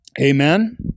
Amen